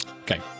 okay